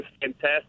fantastic